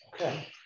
Okay